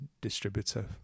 distributor